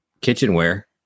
kitchenware